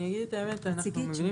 אני אגיד את האמת, יש איזה